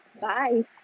Bye